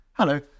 Hello